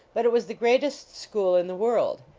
but it was the greatest school in the world.